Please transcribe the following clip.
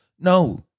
No